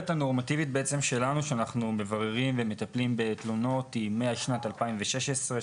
הנורמטיבית שלנו לגבי הבירור והטיפול בתלונות היא משנת 2016,